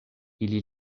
ili